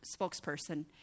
spokesperson